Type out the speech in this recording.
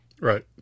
Right